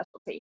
specialty